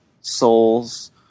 souls